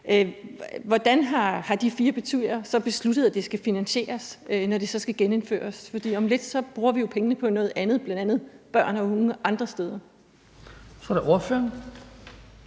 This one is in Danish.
Hvordan har de fire partier så besluttetat det skal finansieres, når det skal genindføres? For om lidt bruger vi jo pengene på noget andet, bl.a. børn og unge andre steder. Kl. 17:25 Den fg.